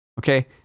okay